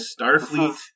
Starfleet